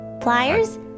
Pliers